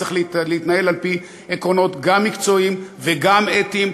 צריך להתנהל על-פי עקרונות גם מקצועיים וגם אתיים,